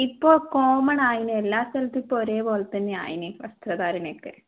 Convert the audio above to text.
ഇപ്പോൾ കോമണ് ആയിന് എല്ലാ സ്ഥലത്തും ഇപ്പോൾ ഒരേ പോലെത്തന്നെയായിന് വസ്ത്രധാരണമൊക്കെ